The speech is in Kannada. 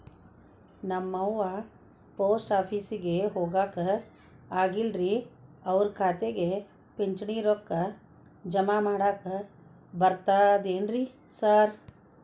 ನಮ್ ಅವ್ವ ಪೋಸ್ಟ್ ಆಫೇಸಿಗೆ ಹೋಗಾಕ ಆಗಲ್ರಿ ಅವ್ರ್ ಖಾತೆಗೆ ಪಿಂಚಣಿ ರೊಕ್ಕ ಜಮಾ ಮಾಡಾಕ ಬರ್ತಾದೇನ್ರಿ ಸಾರ್?